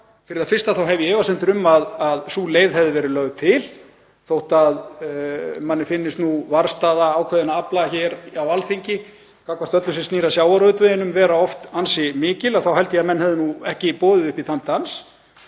Fyrir það fyrsta þá hef ég efasemdir um að sú leið hefði verið lögð til. Þótt manni finnist nú varðstaða ákveðinna afla hér á Alþingi gagnvart öllu sem snýr að sjávarútveginum oft vera ansi mikilv þá held ég að menn hefðu nú ekki boðið upp í þann dans.